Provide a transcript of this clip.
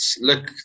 look